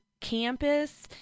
campus